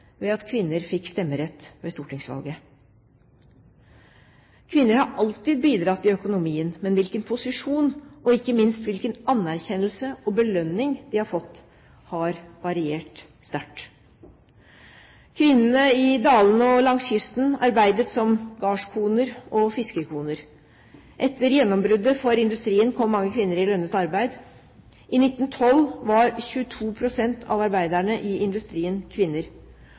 ved at kvinner fikk stemmerett ved stortingsvalget. Kvinner har alltid bidratt i økonomien, men hvilken posisjon og ikke minst hvilken anerkjennelse og belønning de har fått, har variert sterkt. Kvinnene i dalene og langs kysten arbeidet som gardskoner og fiskerkoner. Etter gjennombruddet for industrien kom mange kvinner i lønnet arbeid. I 1912 var 22 pst. av arbeiderne i industrien kvinner.